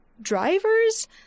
drivers